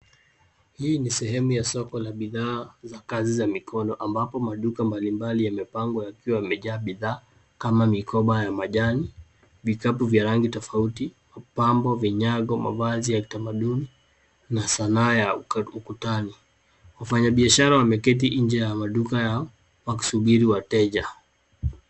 Hii ni sehemu ya soko la bidhaa za kazi za mikono ambapo maduka mbalimbali yamepangwa yakiwa yamejaa bidhaa kama mikoba ya majani, vikapu vya rangi tofauti, mapambo, vinyago, mavazi ya kitamaduni na sanaa ya ukutani. Wafanya biashara wameketi nje ya maduka yao wakisuburi wateja.